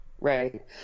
Right